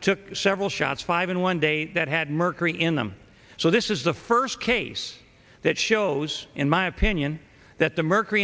took several shots five in one day that had mercury in them so this is the first case that shows in my opinion that the mercury